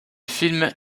film